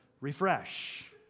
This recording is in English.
Refresh